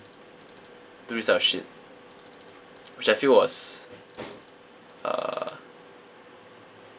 do this type of shit which I feel was uh